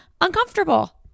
uncomfortable